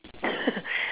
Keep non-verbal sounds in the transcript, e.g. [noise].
[laughs]